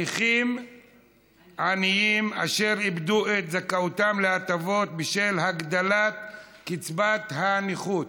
נכים עניים אשר איבדו את זכאותם להטבות בשל הגדלת קצבת הנכות,